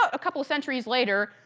a couple of centuries later,